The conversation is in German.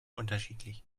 unterschiedlich